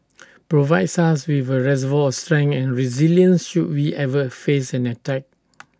provides us with A reservoir of strength and resilience should we ever face an attack